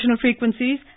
Frequencies